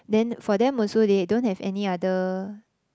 then for them also they don't have any other